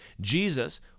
Jesus